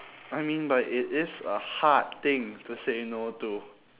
I mean but it is a hard thing to say no to